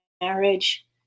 marriage